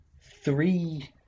three